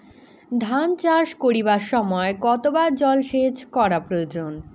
ধান চাষ করিবার সময় কতবার জলসেচ করা প্রয়োজন?